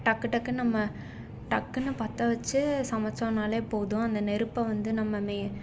டக்கு டக்குன்னு நம்ம டக்குன்னு பற்ற வச்சு சமைச்சோம்னாலே போதும் அந்த நெருப்பை வந்து நம்ம மே